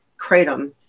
Kratom